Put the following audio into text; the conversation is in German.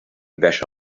wäsche